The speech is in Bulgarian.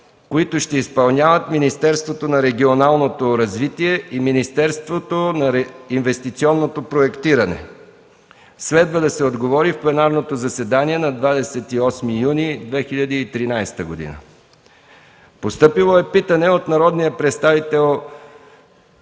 които ще изпълняват Министерството на регионалното развитие и Министерството на инвестиционното проектиране. Следва да се отговори в пленарното заседания на 28 юни 2013 г.; - народния представител